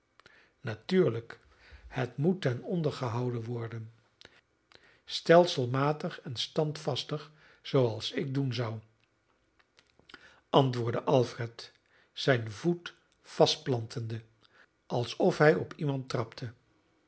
het moet ten onder gehouden worden stelselmatig en standvastig zooals ik doen zou antwoordde alfred zijn voet vastplantende alsof hij op iemand trapte